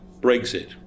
Brexit